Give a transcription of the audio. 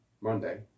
Monday